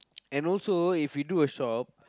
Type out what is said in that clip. and also if we do a shop